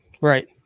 Right